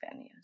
venues